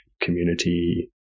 community